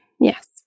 yes